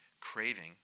Craving